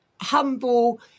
humble